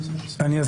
אני אסביר.